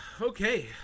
Okay